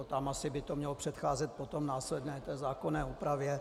Tam asi by to mělo předcházet té následné zákonné úpravě.